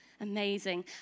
Amazing